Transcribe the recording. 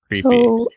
Creepy